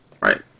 Right